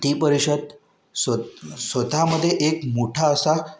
ती परिषद स्वत स्वतःमध्ये एक मोठा असा